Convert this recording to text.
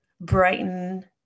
Brighten